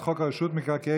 מי בעד?